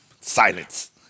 Silence